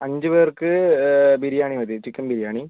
അഞ്ച് പേർക്ക് ബിരിയാണി മതി ചിക്കൻ ബിരിയാണി